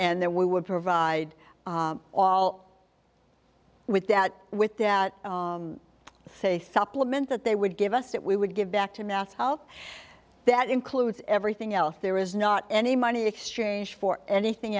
and then we would provide all with that with that faith up lament that they would give us that we would give back to methe oh that includes everything else there is not any money exchanged for anything